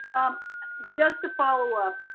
just to follow up.